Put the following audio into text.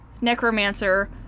necromancer